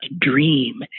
dream